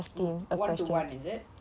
oh one to one is it